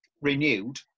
renewed